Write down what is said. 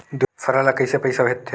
दूसरा ला कइसे पईसा भेजथे?